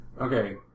Okay